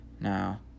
Now